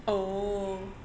oh